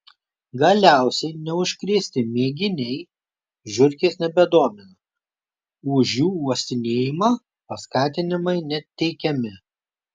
galiausiai neužkrėsti mėginiai žiurkės nebedomina už jų uostinėjimą paskatinimai neteikiami